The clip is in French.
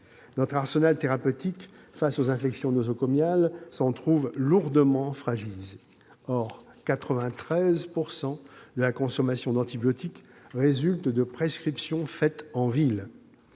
Notre arsenal thérapeutique contre les infections nosocomiales s'en trouve lourdement fragilisé. Or 93 % de la consommation d'antibiotiques résulte de prescriptions faites en ville.